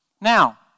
Now